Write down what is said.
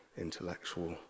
intellectual